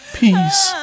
peace